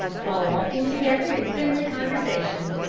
while walking together in friendly conversation,